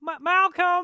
Malcolm